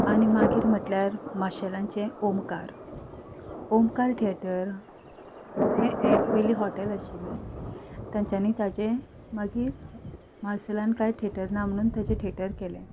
आनी मागीर म्हटल्यार माशेलांचें ओमकार ओमकार थेटर हें एक पयलीं हॉटेल आशिल्लें तेंच्यांनी ताजें मागीर मार्सेलान कांय थेटर ना म्हणून थंय तेजें थेटर केलें